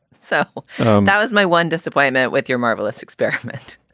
so that was my one disappointment with your marvelous experiment